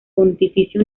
pontificia